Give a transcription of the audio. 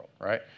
right